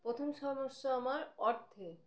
প্রথম সমস্যা আমার অর্থে